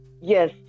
yes